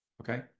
Okay